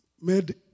made